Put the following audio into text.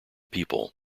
people